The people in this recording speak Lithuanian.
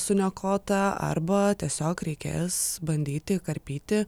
suniokota arba tiesiog reikės bandyti karpyti